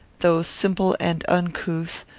though simple and uncouth,